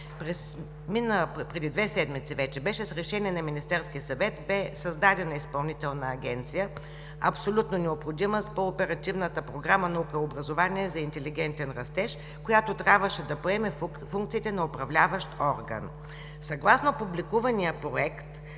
Преди две седмици с Решение на Министерския съвет бе създадена Изпълнителна агенция, абсолютно необходима по Оперативната програма „Наука и образование за интелигентен растеж“, която трябваше да поеме функциите на управляващ орган. Съгласно публикувания проект